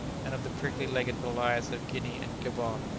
and of the prickly-legged goliaths of guinea and gabon?